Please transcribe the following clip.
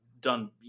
done